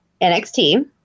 NXT